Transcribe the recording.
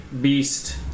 beast